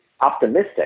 optimistic